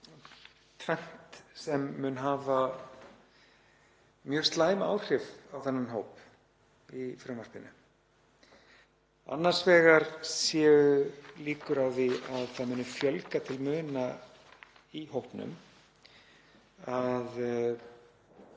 sem mun hafa mjög slæm áhrif á þennan hóp. Annars vegar séu líkur á því að það muni fjölga til muna í hópnum.